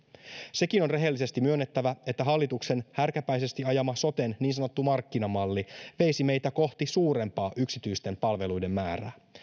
sekin on rehellisesti myönnettävä että hallituksen härkäpäisesti ajama soten niin sanottu markkinamalli veisi meitä kohti suurempaa yksityisten palveluiden määrää